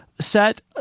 set